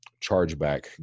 chargeback